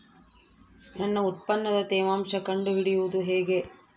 ನನ್ನ ಉತ್ಪನ್ನದ ತೇವಾಂಶ ಕಂಡು ಹಿಡಿಯುವುದು ಹೇಗೆ?